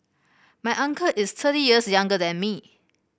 my uncle is thirty years younger than me